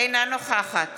אינה נוכחת